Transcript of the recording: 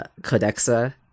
Codexa